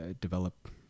develop